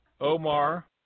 Omar